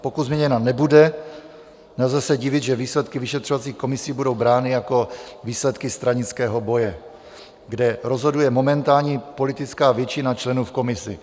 Pokud změněna nebude, nelze se divit, že výsledky vyšetřovacích komisí budou brány jako výsledky stranického boje, kde rozhoduje momentální politická většina členů v komisi.